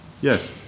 Yes